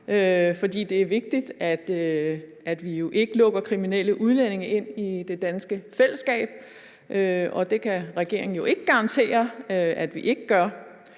for det er vigtigt, at vi jo ikke lukker kriminelle udlændinge ind i det danske fællesskab, og det kan regeringen jo ikke garantere at vi ikke gør.